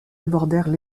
abordèrent